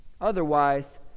Otherwise